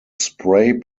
spray